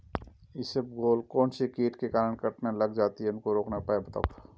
इसबगोल कौनसे कीट के कारण कटने लग जाती है उसको रोकने के उपाय बताओ?